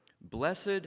Blessed